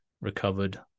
recovered